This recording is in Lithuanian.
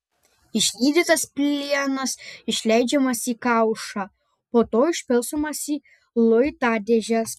išlydytas plienas išleidžiamas į kaušą po to išpilstomas į luitadėžes